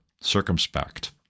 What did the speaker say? circumspect